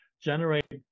generate